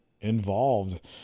involved